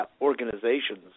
organizations